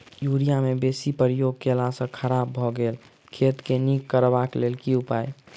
Urea केँ बेसी प्रयोग केला सऽ खराब भऽ गेल खेत केँ नीक करबाक लेल की उपाय?